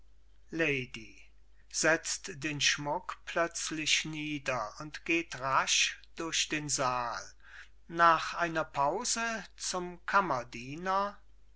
nieder und geht rasch durch den saal nach einer pause zum kammerdiener